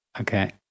Okay